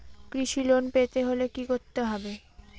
কৃষি লোন পেতে হলে কি করতে হবে?